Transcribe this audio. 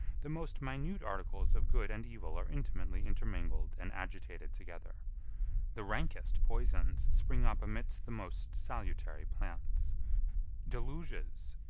the most minute articles of good and evil are intimately intermingled and agitated together the rankest poisons spring up amidst the most salutary plants deluges,